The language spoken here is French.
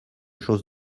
chose